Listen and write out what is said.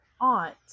aunt